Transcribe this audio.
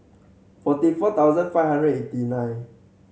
forty four thousand five hundred and eighty nine